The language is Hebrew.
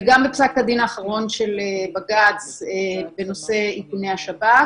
וגם בפסק הדין האחרון של בג"ץ בנושא איכוני השב"כ,